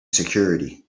security